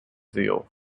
zeal